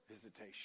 visitation